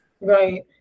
right